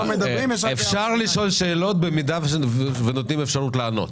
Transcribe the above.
אפשר לשאול שאלות במידה ונותנים אפשרות לענות.